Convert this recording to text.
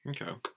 Okay